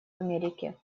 америки